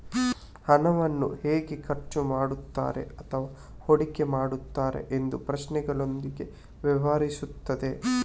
ಹಣವನ್ನು ಹೇಗೆ ಖರ್ಚು ಮಾಡುತ್ತಾರೆ ಅಥವಾ ಹೂಡಿಕೆ ಮಾಡುತ್ತಾರೆ ಎಂಬ ಪ್ರಶ್ನೆಗಳೊಂದಿಗೆ ವ್ಯವಹರಿಸುತ್ತದೆ